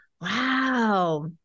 Wow